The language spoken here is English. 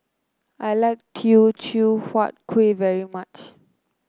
I like Teochew Huat Kueh very much